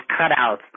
cutouts